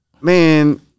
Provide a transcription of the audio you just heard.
man